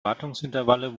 wartungsintervalle